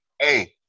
hey